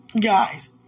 guys